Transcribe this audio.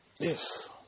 Yes